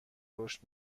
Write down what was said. رشد